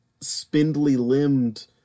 spindly-limbed